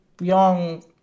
young